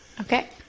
Okay